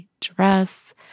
dress